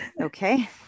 Okay